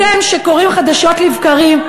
אתם, שקוראים חדשות לבקרים,